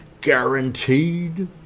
guaranteed